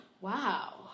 wow